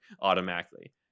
automatically